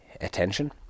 attention